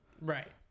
right